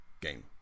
game